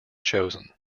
chosen